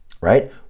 right